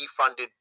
defunded